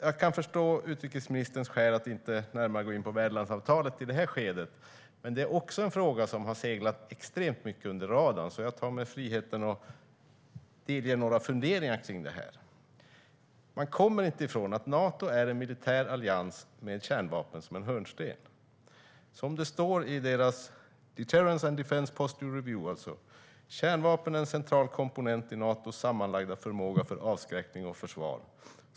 Jag kan förstå utrikesministerns skäl för att inte gå närmare in på värdlandsavtalet i det här skedet. Men det är också en fråga som har seglat extremt mycket under radarn. Jag tar mig därför friheten att delge några funderingar kring det. Man kommer inte ifrån att Nato är en militär allians med kärnvapen som hörnsten. Det står i deras Deterrence and Deference Posture Review att kärnvapen är en central komponent i Natos sammanlagda förmåga för avskräckning och försvar.